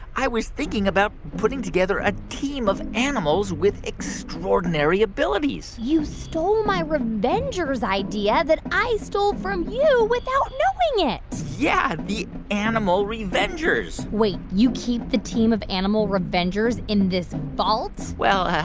i was thinking about putting together a team of animals with extraordinary abilities you stole my revengers idea that i stole from you without knowing it yeah, the animal revengers wait. you keep the team of animal revengers in this vault? well,